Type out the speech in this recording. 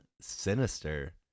Sinister